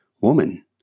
Woman